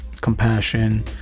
compassion